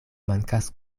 mankas